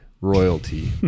royalty